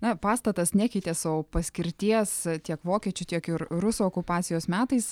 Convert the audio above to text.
na pastatas nekeitė savo paskirties tiek vokiečių tiek ir rusų okupacijos metais